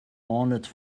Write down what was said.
ornate